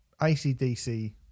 ACDC